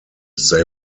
they